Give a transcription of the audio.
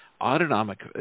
autonomic